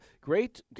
great